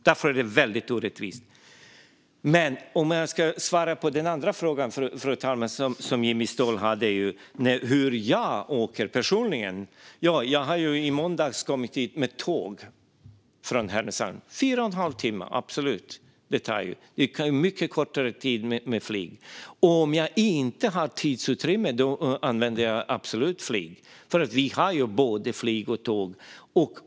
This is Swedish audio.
Därför är det väldigt orättvist. Fru talman! Jag ska svara på Jimmy Ståhls andra fråga om hur jag personligen åker hit. I måndags kom jag hit med tåg från Härnösand. Det tar fyra och en halv timme. Det går mycket fortare med flyg. Om jag inte har tidsutrymme använder jag absolut flyget, för vi har ju både flyg och tåg.